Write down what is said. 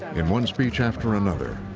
in one speech after another,